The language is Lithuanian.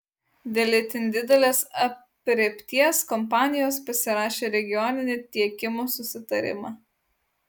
dėl itin didelės aprėpties kompanijos pasirašė regioninį tiekimo susitarimą